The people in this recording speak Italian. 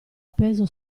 appeso